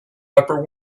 upper